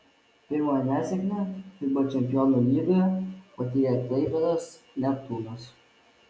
pirmąją nesėkmę fiba čempionų lygoje patyrė klaipėdos neptūnas